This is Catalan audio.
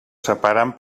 separen